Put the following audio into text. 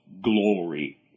glory